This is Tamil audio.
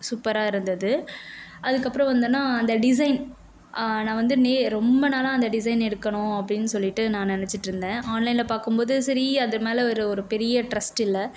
சூப்பராக இருந்தது அதுக்கப்புறம் வந்துன்னால் அந்த டிசைன் நான் வந்து நே ரொம்ப நாளாக அந்த டிசைன் எடுக்கணும் அப்படின்னு சொல்லிகிட்டு நான் நினச்சிட்ருந்தேன் ஆன்லைனில் பார்க்கும்போது சரி அதுமேலே ஒரு ஒரு பெரிய ட்ரஸ்ட் இல்லை